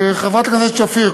חברת הכנסת שפיר,